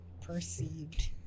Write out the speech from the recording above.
Perceived